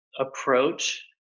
approach